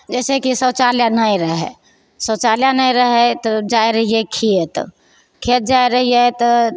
जैसेकी शौचालय नहि रहै शौचालय नहि रहै तऽ जाइत रहियै खेत खेत जाइ रहियै तऽ